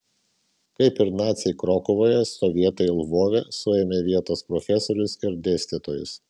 kaip ir naciai krokuvoje sovietai lvove suėmė vietos profesorius ir dėstytojus